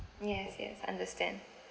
yes yes understand